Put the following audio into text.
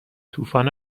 طوفان